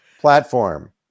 platform